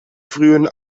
frühen